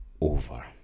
over